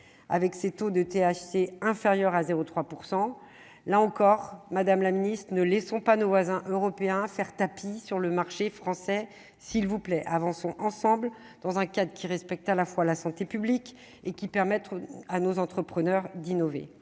avec ses taux de THC inférieure à 0 3 % là encore, Madame la Ministre : Ne laissons pas nos voisins européens, affaire Tapie sur le marché français s'il vous plaît, avançons ensemble dans un cadre qui respecte à la fois la santé publique et qui permettront à nos entrepreneurs d'innover